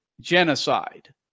genocide